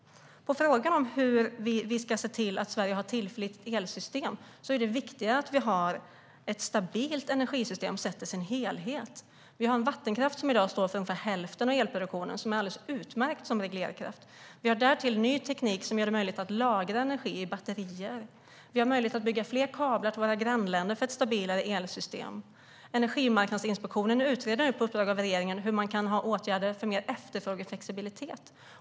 På frågan hur vi ska se till att Sverige har ett tillförlitligt elsystem vill jag svara att det är viktigare att vi har ett stabilt energisystem sett till helheten. Vattenkraften, som i dag står för ungefär hälften av elproduktionen, är alldeles utmärkt som reglerkraft. Därtill har vi ny teknik som gör det möjligt att lagra energi i batterier. Vi har möjlighet att bygga fler kablar till våra grannländer för ett stabilare elsystem. Energimarknadsinspektionen utreder nu på uppdrag av regeringen hur man kan ha åtgärder för mer efterfrågeflexibilitet.